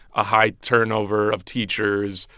a high turnover of teachers,